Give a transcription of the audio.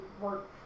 work